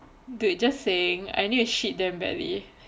dude just saying I need to shit damn badly